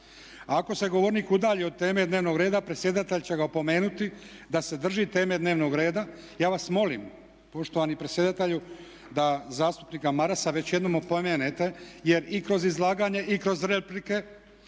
"Ako se govornik udalji od teme dnevnog reda predsjedatelj će ga opomenuti da se drži teme dnevnog reda." Ja vas molim poštovani predsjedatelju da zastupnika Marasa već jednom opomenete jer i kroz izlaganje i kroz replike